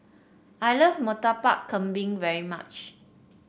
I love Murtabak Kambing very much